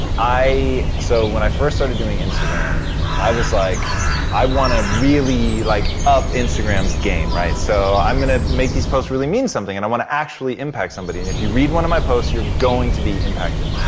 so when i first started doing instagram i was like i want to really like up instagram's game, right, so i'm gonna make these posts really mean something and i want to actually impact somebody and if you read one of my posts you're going to be impacted.